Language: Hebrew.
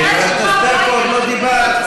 אני מפרשת אותך, חברת הכנסת ברקו, עוד לא דיברת.